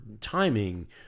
timing